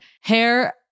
hair